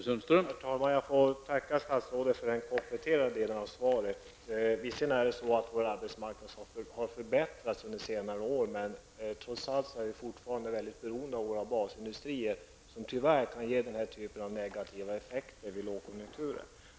Herr talman! Jag får tacka statsrådet för den kompletteringen av svaret. Visserligen har vår arbetsmarknad förbättrats under senare år, men vi är trots allt mycket beroende av våra basindustrier, vilket tyvärr kan ge den här typen av negativa effekter vid lågkonjunkturer.